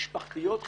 משפחתיות,